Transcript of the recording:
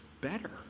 better